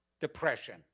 depression